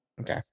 Okay